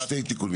היו שני תיקונים.